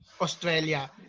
Australia